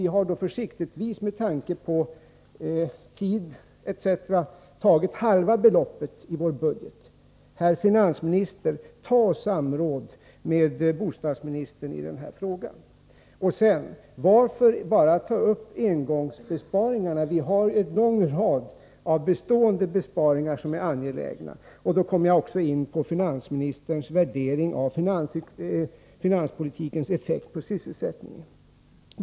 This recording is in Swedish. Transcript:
Vi har försiktigtvis, med tanke på tid etc., tagit upp halva beloppet i vår budget. Herr finansminister, ta och samråd med bostadsministern i den här frågan! Varför bara ta upp engångsbesparingarna? Vi har en lång rad av bestående besparingar som är angelägna. Här kommer jag in på finansministerns värdering av finanspolitikens effekt på sysselsättningen.